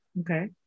Okay